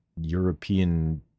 European